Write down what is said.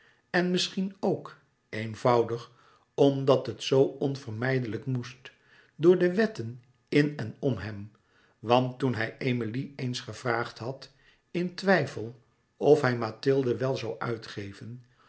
en misschien ook eenvoudig omdat het zoo onvermijdelijk moest door de wetten in en om hem want toen hij emilie eens gevraagd had in twijfel of hij mathilde wel zoû uitgeven